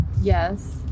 Yes